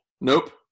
Nope